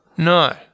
No